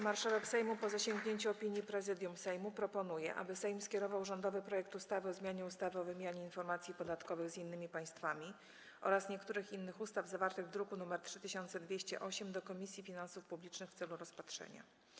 Marszałek Sejmu, po zasięgnięciu opinii Prezydium Sejmu, proponuje, aby Sejm skierował rządowy projekt ustawy o zmianie ustawy o wymianie informacji podatkowych z innymi państwami oraz niektórych innych ustaw, zawarty w druku nr 3208, do Komisji Finansów Publicznych w celu rozpatrzenia.